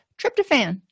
tryptophan